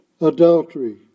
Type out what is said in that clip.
adultery